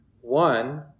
one